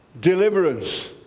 deliverance